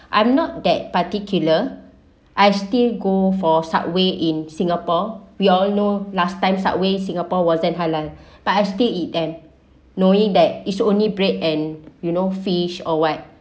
I am not that particular I still go for subway in singapore we all know last time subway singapore wasn't halal but I still eat them knowing that is only bread and you know fish or what